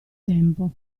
tempo